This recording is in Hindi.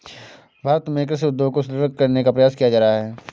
भारत में कृषि उद्योग को सुदृढ़ करने का प्रयास किया जा रहा है